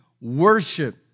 worship